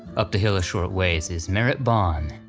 up the hill a short ways is merritt bohn.